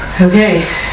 Okay